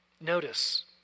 Notice